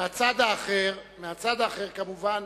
מהצד האחר, כמובן,